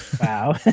Wow